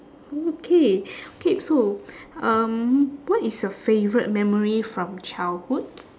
okay okay so um what is your favourite memory from childhood